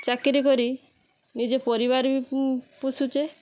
ଚାକିରି କରି ନିଜ ପରିବାରବି ପୋଷୁଛେ